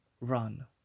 Run